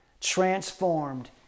transformed